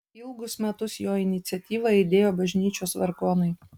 ilgus metus jo iniciatyva aidėjo bažnyčios vargonai